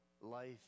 life